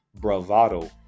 Bravado